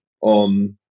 on